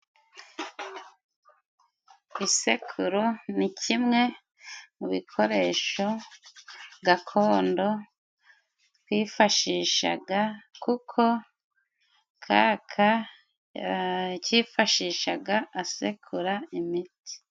Isekuro ni kimwe mu bikoresho gakondo twifashishaga kuko kaka yacyifashishaga asekura imiti.